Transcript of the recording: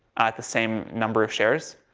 at the same number of shares.